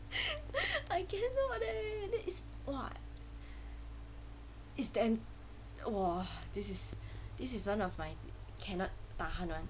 I cannot eh then it's !wah! it's damn !wah! this is this is one of my cannot tahan [one]